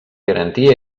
garantir